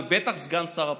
ובטח סגן שר הפנים.